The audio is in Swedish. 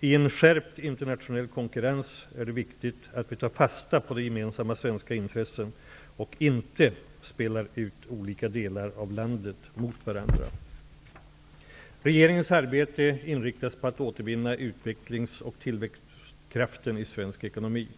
I en skärpt internationell konkurrens är det viktigt att vi tar fasta på gemensamma svenska intressen och inte spelar ut olika delar av landet mot varandra. Regeringens arbete inriktas på att återvinna utvecklings och tillväxtkraften i svensk ekonomi.